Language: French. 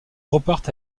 repartent